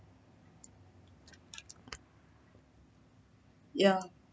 yeah